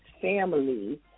family